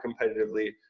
competitively